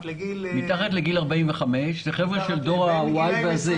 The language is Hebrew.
לגיל 45. אלה חבר'ה של דור ה-Y וה-Z.